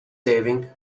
saving